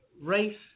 race